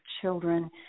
children